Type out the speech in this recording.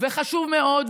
חשוב מאוד,